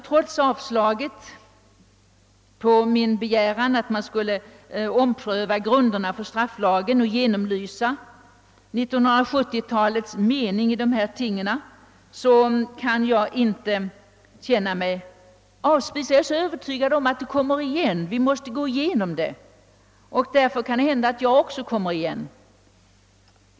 Trots avslaget på min begäran om en omprövning av grunderna för strafflagstiftningen och en genomlysning av 1970-talets mening i dessa ting kommer jag inte att låta mig avspisas. Jag är så övertygad om att vi måste gå igenom det, och därför kan det hända att jag också kommer igen.